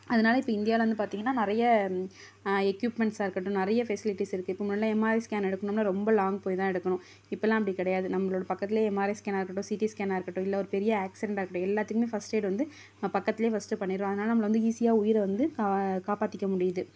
அதனால இப்போ இந்தியாவில் வந்து பார்த்திங்கன்னா நிறையா எக்யூப்மெண்ட்ஸாக இருக்கட்டும் நிறைய ஃபெசிலிட்டிஸ் இருக்கு இப்போது முன்னாடிலாம் எம்ஆர்ஐ ஸ்கேன் எடுக்கணும்னா ரொம்ப லாங் போய்தான் எடுக்கணும் இப்பலாம் அப்படி கிடையாது நம்மளோட பக்கத்துலேயே எம்ஆர்ஐ ஸ்கேனாக இருக்கட்டும் சிடி ஸ்கேனாக இருக்கட்டும் இல்லை ஒரு பெரிய ஆக்சிடெண்ட்டாக இருக்கட்டும் எல்லாத்துக்கும் ஃபர்ஸ்ட்டேடு வந்து பக்கத்துலேயே ஃபர்ஸ்ட்டு பண்ணிடுவோம் அதனால் நம்மள வந்து ஈஸியாக உயிரை வந்து காப்பாற்றிக்க முடியு து